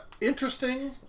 interesting